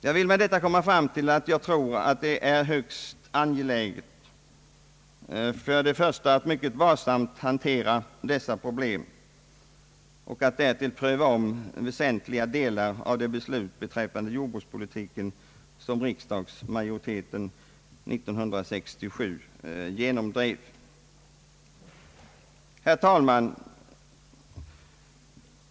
Jag vill med detta komma fram till att det torde vara högst angeläget att man hanterar dessa problem mycket varsamt och att man därtill omprövar väsentliga delar av det beslut om jordbrukspolitiken som riksdagsmajoriteten 1967 genomdrev. Herr talman!